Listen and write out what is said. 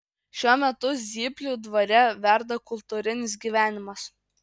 šiuo metu zyplių dvare verda kultūrinis gyvenimas